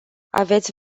aveți